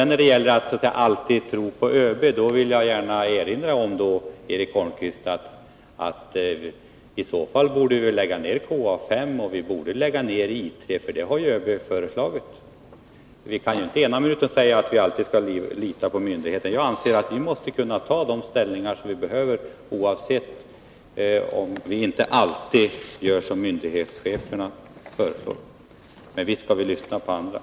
När det gäller att alltid tro på ÖB, så vill jag erinra om, Eric Holmqvist, att i så fall borde vi lägga ner KA 5 och I 3, för det har ÖB föreslagit. Vi kan ju inte ena minuten säga att vi skall lita på myndigheterna och andra minuten säga något annat. Jag anser att vi skall kunna göra de ställningstaganden vi behöver göra, även om vi inte alltid gör som myndighetscheferna föreslår. Men visst skall vi lyssna på andra!